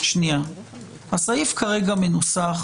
הסעיף כרגע מנוסח